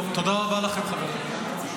תודה רבה לכם, חברים.